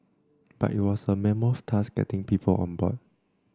but it was a mammoth task getting people on board